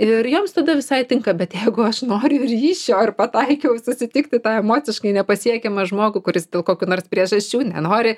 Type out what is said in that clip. ir joms tada visai tinka bet jeigu aš noriu ryšio ir pataikiau susitikti tą emociškai nepasiekiamą žmogų kuris dėl kokių nors priežasčių nenori